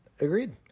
agreed